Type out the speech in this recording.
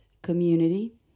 community